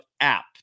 app